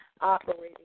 operating